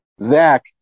Zach